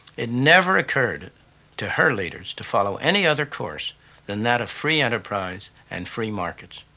it never occurred to her leaders to follow any other course than that of free enterprise and free markets.